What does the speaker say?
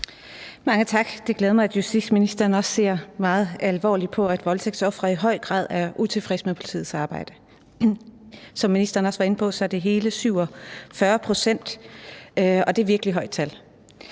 Mange tak. Det glæder mig, at justitsministeren også ser meget alvorligt på, at voldtægtsofre i høj grad er utilfredse med politiets arbejde. Som ministeren også var inde på, er det hele 47 pct., og det er virkelig et højt tal.